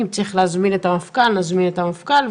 אם צריך להזמין את המפכ"ל, נזמין את המפכ"ל.